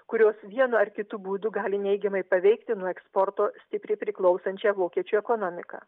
kurios vienu ar kitu būdu gali neigiamai paveikti nuo eksporto stipriai priklausančią vokiečių ekonomiką